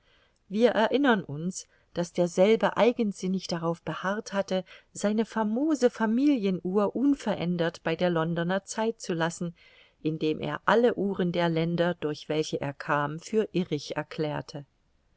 wir erinnern uns daß derselbe eigensinnig darauf beharrt hatte seine famose familienuhr unverändert bei der londoner zeit zu lassen indem er alle uhren der länder durch welche er kam für irrig erklärte